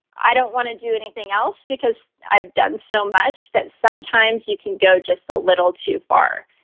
i don't want to do anything else because i've done so much that sometimes you can go just a little too far.